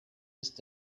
ist